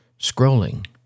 Scrolling